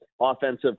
offensive